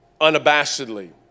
unabashedly